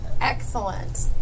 Excellent